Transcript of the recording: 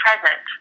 present